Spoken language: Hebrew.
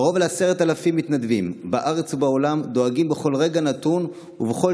קרוב ל-10,000 מתנדבים בארץ ובעולם דואגים בכל רגע נתון ובכל